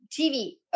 TV